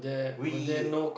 we